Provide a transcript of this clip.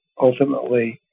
ultimately